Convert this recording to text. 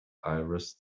aires